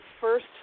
first